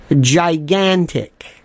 gigantic